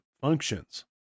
functions